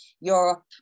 Europe